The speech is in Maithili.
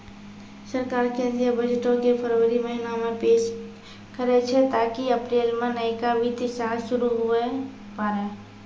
सरकार केंद्रीय बजटो के फरवरी महीना मे पेश करै छै ताकि अप्रैल मे नयका वित्तीय साल शुरू हुये पाड़ै